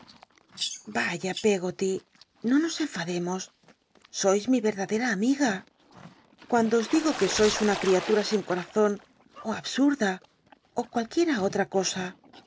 yaya peggoty no nos enfademos sois mi etdadera amiga cuando os digo que sois una y crialuta sin corazon ó cualquiera otta cosa